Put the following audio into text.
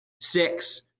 six